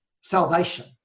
salvation